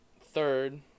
third